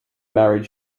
married